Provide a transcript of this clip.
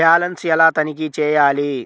Balance ఎలా తనిఖీ చేయాలి?